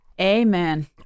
Amen